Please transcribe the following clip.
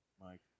Mike